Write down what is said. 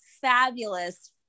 fabulous